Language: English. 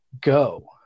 Go